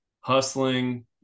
hustling